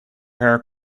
hair